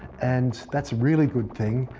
and that's a really good thing,